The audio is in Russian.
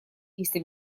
если